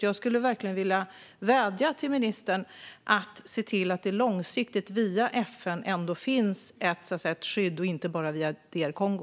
Jag skulle verkligen vilja vädja till ministern att se till att det ändå finns ett skydd långsiktigt via FN och inte bara via DR Kongo.